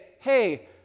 hey